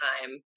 time